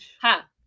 ha